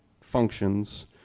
functions